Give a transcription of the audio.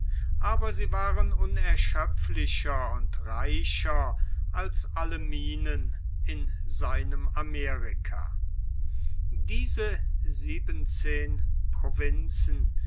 aber sie waren unerschöpflicher und reicher als alle minen in amerika diese siebenzehn provinzen